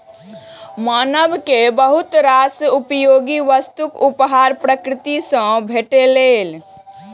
मानव कें बहुत रास उपयोगी वस्तुक उपहार प्रकृति सं भेटलैए